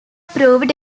proved